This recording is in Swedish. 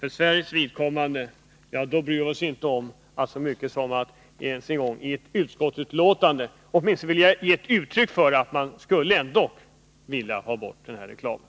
I Sverige bryr vi oss inte ens om att i ett utskottsbetänkande ge uttryck för att man skulle vilja ha bort den här reklamen.